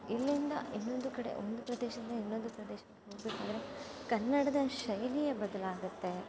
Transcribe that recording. ಇಲ್ಲಿಂದ ಇನ್ನೊಂದು ಕಡೆ ಒಂದು ಪ್ರದೇಶದಿಂದ ಇನ್ನೊಂದು ಪ್ರದೇಶಕ್ಕೆ ಹೋಗಬೇಕಾದ್ರೆ ಕನ್ನಡದ ಶೈಲಿಯೇ ಬದಲಾಗುತ್ತೆ